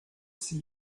see